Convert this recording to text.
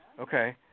Okay